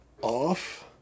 off